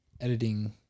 editing